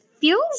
feels